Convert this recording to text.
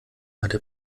hatte